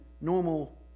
normal